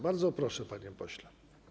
Bardzo proszę, panie pośle.